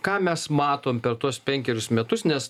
ką mes matom per tuos penkerius metus nes